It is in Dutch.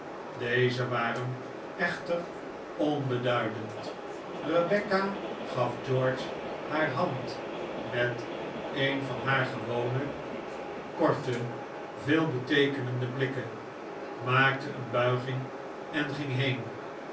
deze waren echter onbeduidend rebecca gaf george haar hand met een van haar gewone korte veelbeteekenende blikken maakte een buiging en ging heen